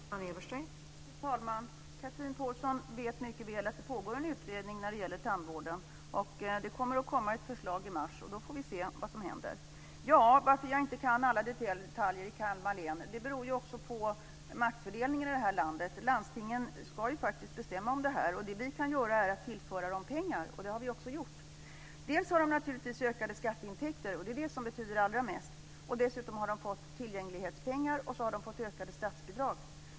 Fru talman! Chatrine Pålsson vet mycket väl att det pågår en utredning om tandvården, och ett förslag kommer i mars. Då får vi se vad som händer. Varför jag inte kan alla detaljer i Kalmar län beror också på maktfördelningen i det här landet. Landstingen ska faktiskt bestämma om detta. Det som vi kan göra är att tillföra dem pengar, vilket vi också har gjort. De har naturligtvis fått ökade skatteintäkter, vilket betyder allra mest. Dessutom har de fått tillgänglighetspengar och ökade statsbidrag.